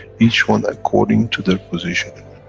each one according to their positioning.